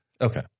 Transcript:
Okay